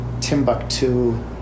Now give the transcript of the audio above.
Timbuktu